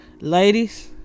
ladies